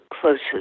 closest